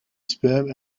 sperm